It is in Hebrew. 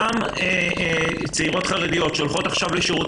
אותן צעירות חרדיות שהולכות עכשיו לשירות